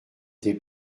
des